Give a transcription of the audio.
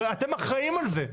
אתם אחראים על זה.